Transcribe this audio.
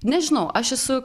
nežinau aš esu